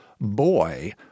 boy